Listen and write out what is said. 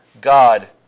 God